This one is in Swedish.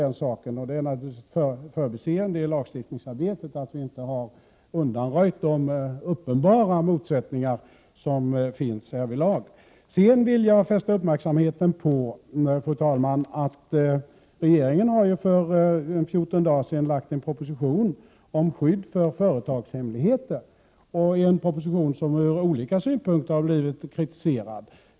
Det är naturligtvis ett förbiseende att vi inte i lagstiftningsarbetet har undanröjt de uppenbara motsättningar som finns härvidlag. Jag vill sedan fästa uppmärksamheten på att regeringen för 14 dagar sedan lade fram en proposition om skydd för företagshemligheter. Det är en proposition som har blivit kritiserad ur olika synpunkter.